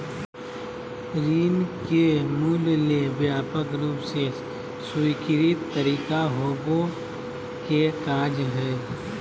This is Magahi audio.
ऋण के मूल्य ले व्यापक रूप से स्वीकृत तरीका होबो के कार्य हइ